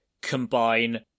combine